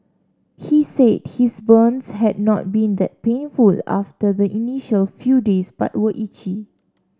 he said his burns had not been that painful after the initial few days but were itchy